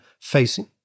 facing